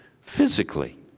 physically